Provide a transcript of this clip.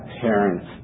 parents